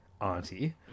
auntie